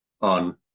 on